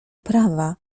prawa